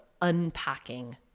unpacking